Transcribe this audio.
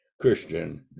Christian